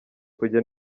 kujya